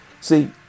See